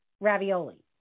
ravioli